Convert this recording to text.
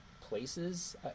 places